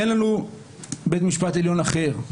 אין לנו בית משפט עליון אחר.